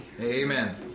Amen